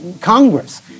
Congress